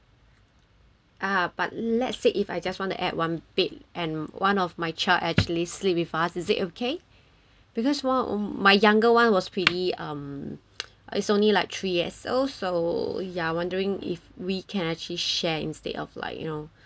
ah but let's say if I just want to add one bed and one of my child actually sleep with father is that okay because one of my younger one was pretty um is only like three years old so ya wondering if we can actually share instead of like you know